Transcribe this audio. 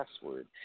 password